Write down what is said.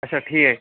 اَچھا ٹھیٖک